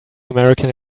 american